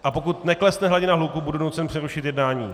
A pokud neklesne hladina hluku, budu nucen přerušit jednání.